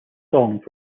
songs